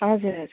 हजुर हजुर